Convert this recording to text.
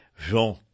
Jean